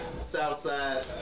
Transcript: Southside